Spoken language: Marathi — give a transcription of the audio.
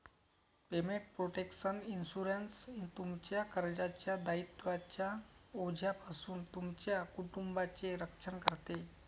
पेमेंट प्रोटेक्शन इन्शुरन्स, तुमच्या कर्जाच्या दायित्वांच्या ओझ्यापासून तुमच्या कुटुंबाचे रक्षण करते